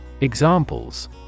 Examples